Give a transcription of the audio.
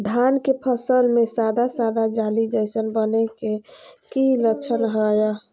धान के फसल में सादा सादा जाली जईसन बने के कि लक्षण हय?